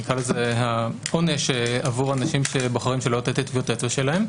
נקרא לזה העונש לאנשים שבוחרים שלא לתת את טביעות האצבע שלהם,